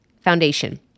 foundation